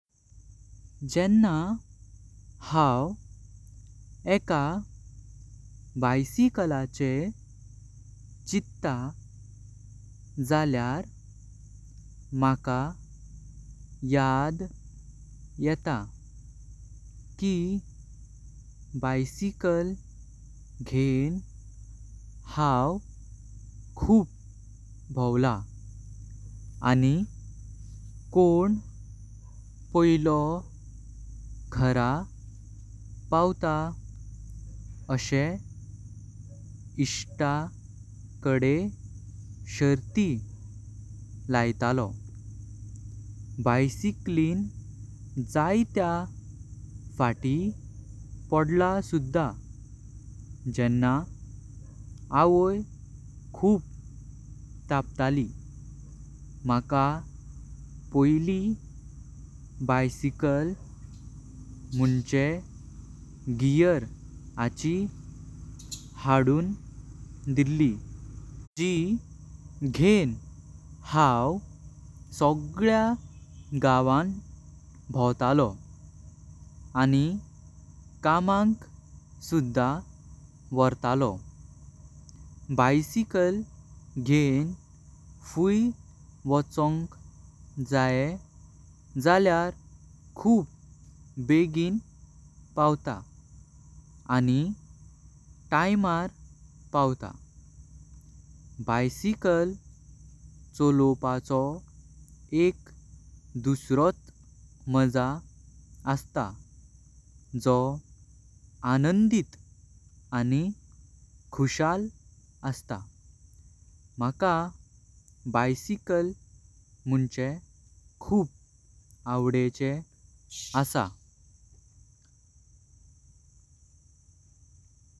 जेंणे हाव एक बायसिकलचें चित्त जाल्यार माका याद येता। कि सायकल घेन हाव खूब भोवला आणि कोण पोईलॊ घरा पावता अशे इस्ट कडे शर्ती लायतलॊ। सायकलिंग जात्या फाटी पडला सुदा जेंणे आवोई खूप तप्तली। माका पोऌली बायसिकल मंचे गिअर आची हादून दिल्ली जी घेन हाव सगळ्या गावानं भोवतलॊ। आणि कामाक सुद्धा वॊर्तलॊ, बायसिकल घेन फुई वॊचॊंक जायें जाल्यार खूप बेगिन पावता। आणि तिमार पावता बायसिकलस चलोपाचॊ एक दुस्रॊ मजा अस्तॊ जॊ आनंदीत आणि खुशाल अस्तॊ। माका बायसिकल मंचे खुप आवडेंचे असा।